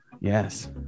Yes